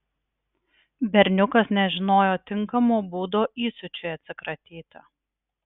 berniukas nežinojo tinkamo būdo įsiūčiui atsikratyti